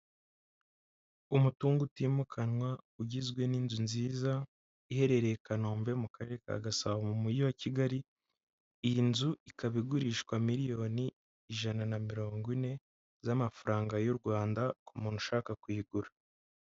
Umutungo utimukanwa ugizwe n'inzu nziza iherereye i kanombe mu karere ka gasabo mu mujyi wa kigali, iyi nzu ikaba igurishwa miliyoni ijana na mirongo ine z'amafaranga y'u Rwanda ku muntu ushaka kuyigura.